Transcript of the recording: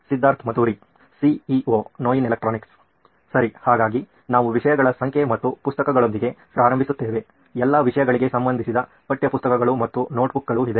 Siddharth Mathuri CEO ನೋಯಿನ್ electronics ಸರಿ ಹಾಗಾಗಿ ನಾವು ವಿಷಯಗಳ ಸಂಖ್ಯೆ ಮತ್ತು ಪುಸ್ತಕಗಳೊಂದಿಗೆ ಪ್ರಾರಂಭಿಸುತ್ತೇವೆ ಎಲ್ಲಾ ವಿಷಯಗಳಿಗೆ ಸಂಬಂಧಿಸಿದ ಪಠ್ಯಪುಸ್ತಕಗಳು ಮತ್ತು ನೋಟ್ಬುಕ್ಗಳು ಇದೆ